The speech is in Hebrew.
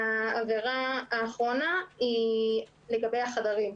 העבירה האחרונה היא לגבי החדרים,